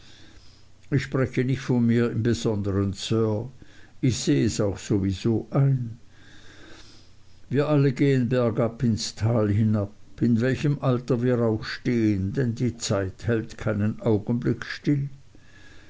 ich spreche nicht von mir im besondern sir ich sehe es auch so wie so ein wir alle gehen bergab ins tal hinab in welchem alter wir auch stehen denn die zeit hält keinen augenblick still